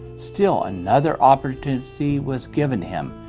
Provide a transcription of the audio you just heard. still another opportunity was given him.